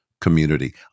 community